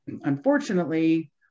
unfortunately